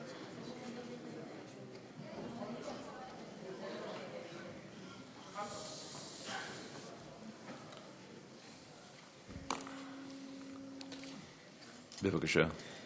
בבקשה.